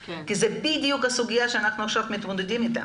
כי זו בדיוק הסוגיה שאנחנו עכשיו מתמודדים איתה.